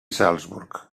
salzburg